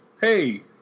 hey